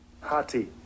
hati